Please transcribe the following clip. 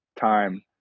time